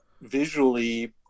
visually